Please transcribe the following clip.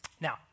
Now